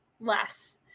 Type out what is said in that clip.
less